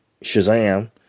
shazam